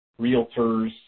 realtors